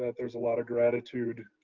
but there's a lot of gratitude,